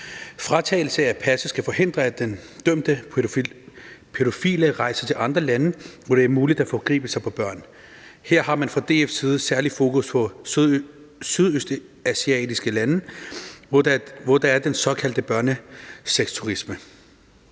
Fratagelse af passet skal forhindre, at den dømte pædofile rejser til andre lande, hvor det er muligt at forgribe sig på børn. Her har man fra DF's side særlig fokus på de sydøstasiatiske lande, hvor der er den såkaldte børnesexturisme.